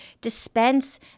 dispense